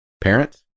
Parents